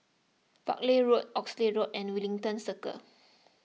Buckley Road Oxley Road and Wellington Circle